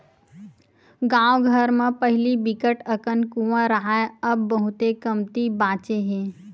गाँव घर म पहिली बिकट अकन कुँआ राहय अब बहुते कमती बाचे हे